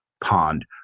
Pond